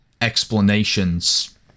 explanations